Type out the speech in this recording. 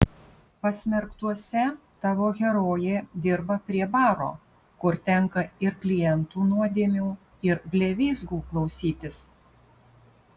pasmerktuose tavo herojė dirba prie baro kur tenka ir klientų nuodėmių ir blevyzgų klausytis